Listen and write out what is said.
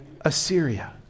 Assyria